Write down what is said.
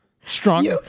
Strong